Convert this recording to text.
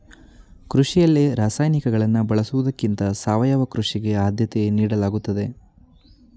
ಕೃಷಿಯಲ್ಲಿ ರಾಸಾಯನಿಕಗಳನ್ನು ಬಳಸುವುದಕ್ಕಿಂತ ಸಾವಯವ ಕೃಷಿಗೆ ಆದ್ಯತೆ ನೀಡಲಾಗುತ್ತದೆ